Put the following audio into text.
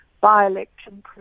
by-election